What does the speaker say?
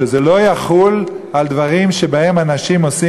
שזה לא יחול על דברים שבהם אנשים עושים